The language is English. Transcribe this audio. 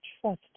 trust